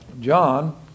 John